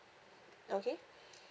okay